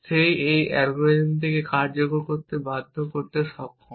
সে এই অ্যালগরিদমটিকে কার্যকর করতে বাধ্য করতে সক্ষম